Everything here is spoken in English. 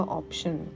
option